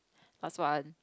last one